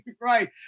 Right